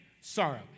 sorrow